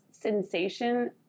sensation